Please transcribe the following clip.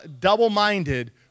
double-minded